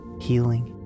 healing